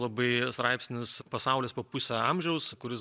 labai straipsnis pasaulis po pusę amžiaus kuris